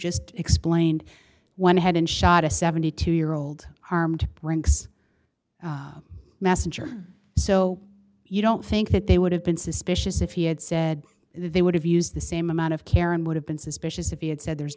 just explained one hadn't shot a seventy two year old armed brinks messenger so you don't think that they would have been suspicious if he had said they would have used the same amount of care and would have been suspicious if he had said there's